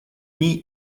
dni